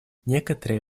некоторые